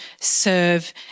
serve